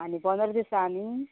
आनी पोंदरा दिसांनी